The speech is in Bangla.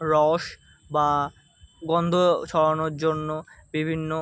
রস বা গন্ধ ছড়ানোর জন্য বিভিন্ন